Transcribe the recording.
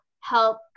help